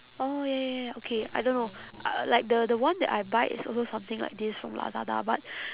oh ya ya ya ya okay I don't know uh like the the one that I buy is also something like this from lazada but